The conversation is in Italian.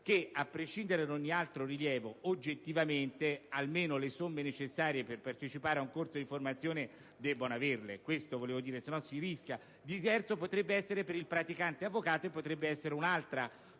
che, a prescindere da ogni altro rilievo, oggettivamente almeno le somme necessarie per partecipare ad un corso di formazione debbono averle. Diverso potrebbe essere per il praticante avvocato, e potrebbe essere un'altra